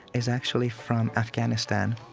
is actually from afghanistan,